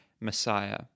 Messiah